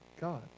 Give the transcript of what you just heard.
God